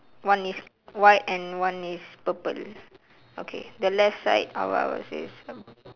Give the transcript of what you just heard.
one is white and one is purple okay the left side I will I will say is um